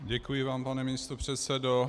Děkuji vám, pane místopředsedo.